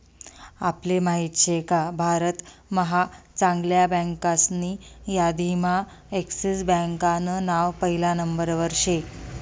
आपले माहित शेका भारत महा चांगल्या बँकासनी यादीम्हा एक्सिस बँकान नाव पहिला नंबरवर शे